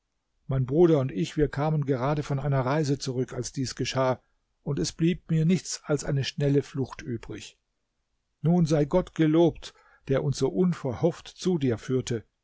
mein bruder und ich wir kamen gerade von einer reise zurück als dies geschah und es blieb mir nichts als eine schnelle flucht übrig nun sei gott gelobt der uns so unverhofft zu dir führte